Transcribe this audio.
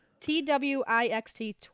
T-W-I-X-T